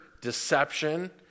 deception